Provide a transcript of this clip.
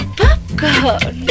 popcorn